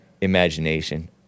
imagination